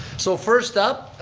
so first up,